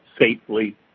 safely